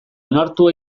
onartu